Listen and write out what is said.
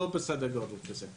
לא בסדר גודל כזה.